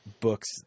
books